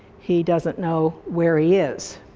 he doesn't know where he is.